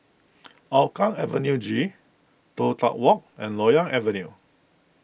Hougang Avenue G Toh Tuck Walk and Loyang Avenue